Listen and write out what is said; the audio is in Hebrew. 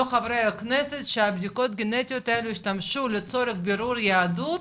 לא חה"כ שהבדיקות גנטיות האלה ישמשו לצורך בירור יהדות,